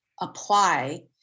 apply